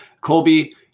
Colby